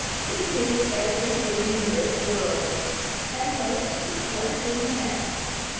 he knew everything in this world and most of what is in the next.